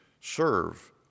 serve